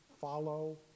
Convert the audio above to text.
Follow